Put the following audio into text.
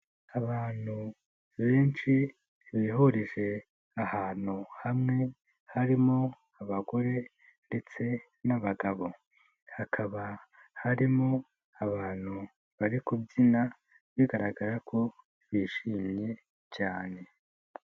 Abantu benshi bihurije ahantu hamwe harimo abagore ndetse n'abagabo, hakaba harimo abantu bari kubyina bigaragara ko bishimye cyane.